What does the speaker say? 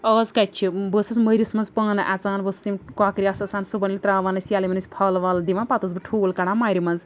آز کَتہِ چھِ بہٕ ٲسٕس مٔرِس منٛز پانہٕ اژان بہٕ ٲسٕس یِم کۄکرِ آسہٕ آسان صبحن ییٚلہِ ترٛاوان ٲسۍ ییٚلہ یِمَن ٲسۍ پھَل وَل دِوان پَتہ ٲسٕس بہٕ ٹھوٗل کڑان مَرِ منٛز